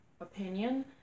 Opinion